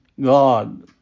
God